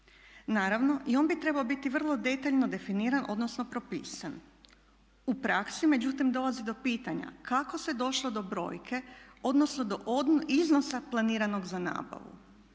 Naravno i on bi trebao biti vrlo detaljno definiran odnosno propisan. U praksi međutim dolazi do pitanja kako se došlo do brojke odnosno do iznosa planiranog za nabavu.